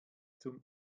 zum